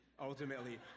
ultimately